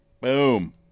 Boom